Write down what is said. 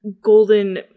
golden